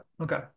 Okay